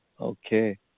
Okay